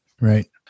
Right